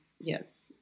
Yes